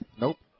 Nope